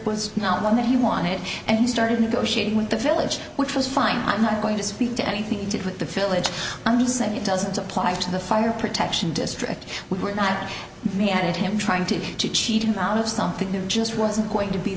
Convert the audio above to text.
was not one that he wanted and started negotiating with the village which was fine i'm not going to speak to anything he did with the fillets on the site it doesn't apply to the fire protection district we were not me and him trying to cheat him out of something there just wasn't going to be